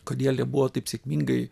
kodėl jie buvo taip sėkmingai